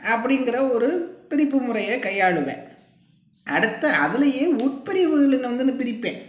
அப்படிங்குற ஒரு பிரிப்பு முறையை கையாள்வேன் அடுத்து அதிலயே உட்பிரிவுன்னு வந்து ஒன்று பிரிப்பேன்